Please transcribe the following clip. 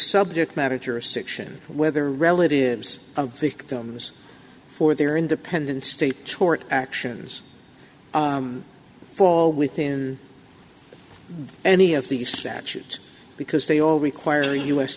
subject matter jurisdiction whether relatives of victims or their independent state tort actions fall within any of these statutes because they all require u